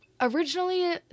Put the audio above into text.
Originally